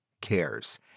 cares